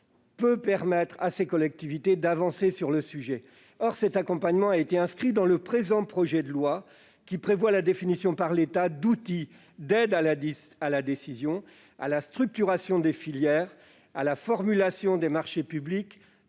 peut permettre à ces collectivités d'avancer sur le sujet. Or cet accompagnement a précisément été inscrit dans le présent projet de loi, qui prévoit la définition, par l'État, d'outils d'aide à la décision, à la structuration des filières, à la formulation des marchés publics